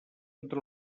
entre